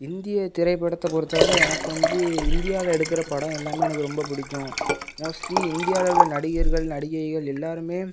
இந்திய திரைப்படத்தை பொறுத்த வரை எனக்கு வந்து இந்தியாவில் எடுக்கிற படம் எல்லாமே எனக்கு ரொம்ப பிடிக்கும் மோஸ்ட்லி இந்தியாவில் உள்ள நடிகர்கள் நடிகைகள் எல்லோருமே